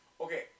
Okay